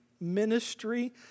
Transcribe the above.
ministry